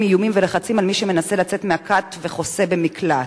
איומים ולחצים על מי שמנסה לצאת מהכת וחוסה במקלט.